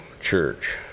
church